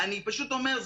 אני פשוט אומר,